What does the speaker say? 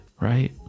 right